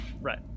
Right